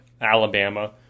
Alabama